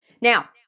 Now